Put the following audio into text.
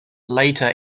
later